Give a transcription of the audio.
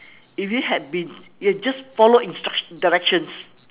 if you had been you had just followed instruction directions